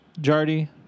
Jardy